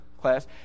class